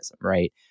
right